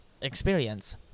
experience